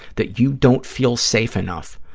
that you don't feel safe enough.